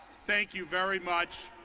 thank you very much.